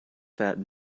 that